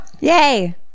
Yay